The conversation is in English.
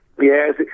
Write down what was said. Yes